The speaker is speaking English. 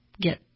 get